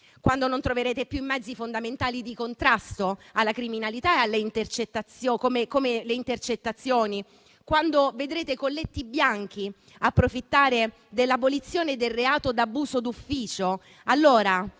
quando non troverete più i mezzi fondamentali di contrasto alla criminalità, come le intercettazioni; quando vedrete i colletti bianchi approfittare dell'abolizione del reato d'abuso d'ufficio; allora,